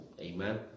amen